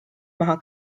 maha